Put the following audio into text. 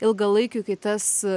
ilgalaikių kai tas